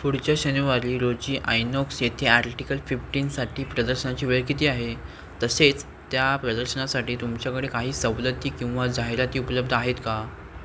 पुढच्या शनिवारी रोजी आयनॉक्स येथे आर्टिकल फिफ्टीनसाठी प्रदर्शनाची वेळ किती आहे तसेच त्या प्रदर्शनासाठी तुमच्याकडे काही सवलती किंवा जाहिराती उपलब्ध आहेत का